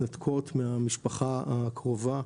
מתנתקות מהמשפחה הקרובה,